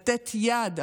לתת יד,